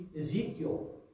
Ezekiel